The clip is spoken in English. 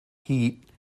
heat